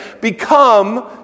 become